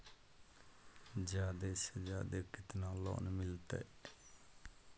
जादे से जादे कितना लोन मिलते?